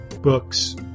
books